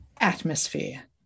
Atmosphere